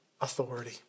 authority